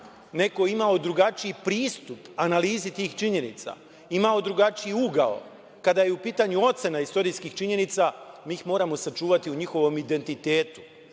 neko imao drugačiji pristup analizi tih činjenica, imao drugačiji ugao. Kada je u pitanju ocena istorijskih činjenica, mi ih moramo sačuvati u njihovom identitetu,